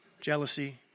jealousy